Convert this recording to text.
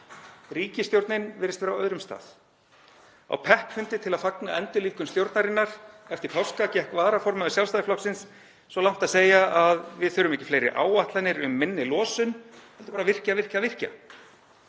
Ríkisstjórnin virðist vera á öðrum stað. Á peppfundi til að fagna endurlífgun stjórnarinnar eftir páska gekk varaformaður Sjálfstæðisflokksins svo langt að segja: Við þurfum ekki fleiri áætlanir um minni losun, heldur bara að virkja, virkja, virkja.